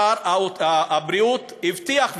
שר הבריאות הבטיח,